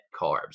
carbs